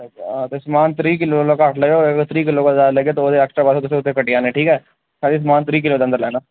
आं तुस त्रीह् किलो फ्री लेई सकदे ओह्दे कोला उप्पर पैसे लगदे ओह् एक्स्ट्रा होग ते ओह् उत्थें लग्गी जाने पैह्ले सनाओ समान किन्ना लैना